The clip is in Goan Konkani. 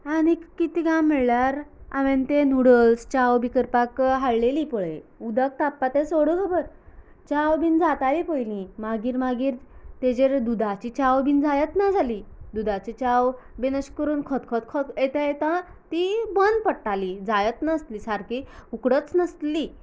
आनीक कितें गा म्हळ्यार हांवेन तें नुडल्स चाव बी करपाक हाडलेली पळय उदक तापपाचे तें सोडू खबर च्याव बीन जाताली पयली मागीर मागीर तेचेर दुदाची चाव बीन जायच ना जाली दुदाची चाव बीन अशीं करून खोतखोतो येता ती बंद पडटाली जायच नासली सारकीं उकडच नासली